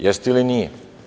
Jeste ili nije?